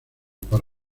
por